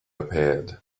appeared